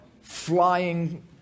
flying